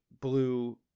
blue